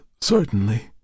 Certainly